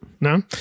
No